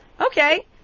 Okay